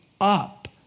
up